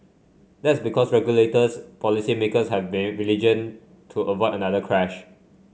that's because regulators policy makers have been vigilant to avoid another crash